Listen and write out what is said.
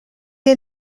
est